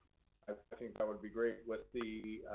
i think that would be great with the